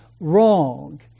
wrong